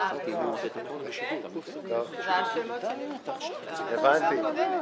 ועדת חוקה לוועדה הכנסת, שאני עומד בראשה.